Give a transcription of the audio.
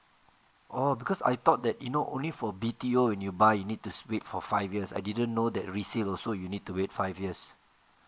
oh because I thought that you know only for B_T_O when you buy you need to wait for five years I didn't know that resale also you need to wait five years